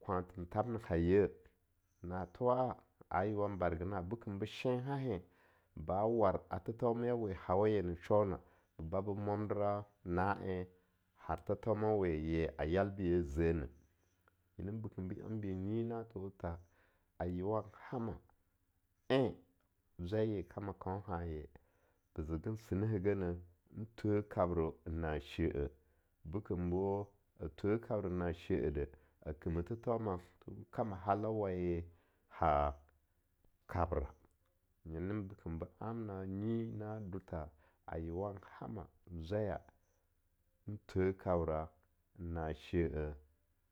Kwanthan thain na haye, na thowa'a a yeo wan bargena bekembe shenhahaen ba war a thethomeyawe hau yena shona ba bo mwamdera na en har the thaumawe ye a yal beya ze neh Nyina bekem be enbi nyi na tho tha a yeowan hama en zwai ye kama kauhanye ba zegan sineh he genah, n thweh kabra n na she eh, bekembo a thweh kabren na she-eh deh, a kima thethauma kama halau waye ha kabra. Nyina bekembo amna nyi na do tha yeowan hama zwaya enthwe kabra n na she-eh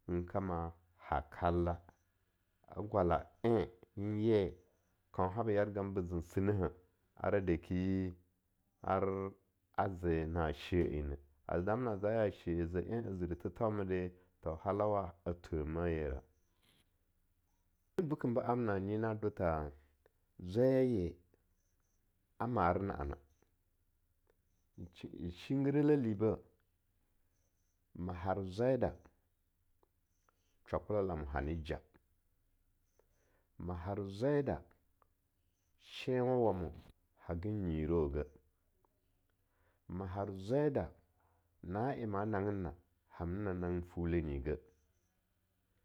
tun kama ha kalla, a gwalan ye kaunha ba yargame bezen sineh heh ara daki ar azena she-eh ne, adamna zaya she-eh a ze en a zira thethaume da to halawa a thwe meh yera, na bekembo amna nyi na do tha zwaya ye a mera na'a na, n shinggirele libeh, ma har zwai da shwakola lamo han ja, ma har zwai da shenwa wamo hagin nyiraugeh, mah zwaida na en ma nangginna haganam nanggin fule nyi ge.